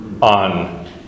on